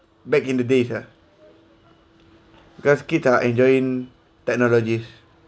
back in the days ah because kids are enjoying technologies